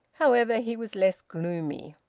however, he was less gloomy.